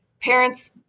Parents